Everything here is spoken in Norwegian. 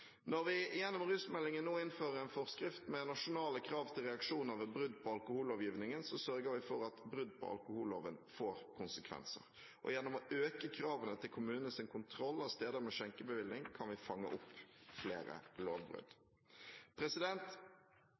Når vi gjennom rusmeldingen nå innfører en forskrift med nasjonale krav til reaksjoner ved brudd på alkohollovgivningen, sørger vi for at brudd på alkoholloven får konsekvenser. Gjennom å øke kravene til kommunenes kontroll av steder med skjenkebevilling kan vi fange opp flere lovbrudd.